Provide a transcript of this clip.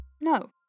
No